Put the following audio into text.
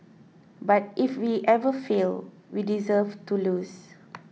but if we ever fail we deserve to lose